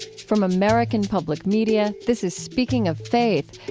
from american public media, this is speaking of faith,